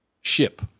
ship